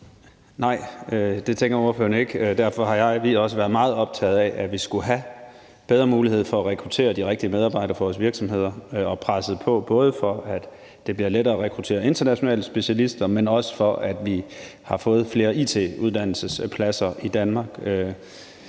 Nej, det tænker ordføreren ikke, og derfor har vi også været meget optagede af, at vi skulle have bedre mulighed for at rekruttere de rigtige medarbejdere for vores virksomheder, og presset på, både for, at det bliver lettere at rekruttere internationale specialister, men også for, at vi har fået flere it-uddannelsespladser i Danmark.